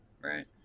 Right